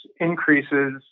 increases